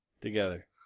together